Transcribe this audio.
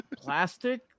plastic